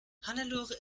hannelore